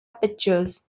pictures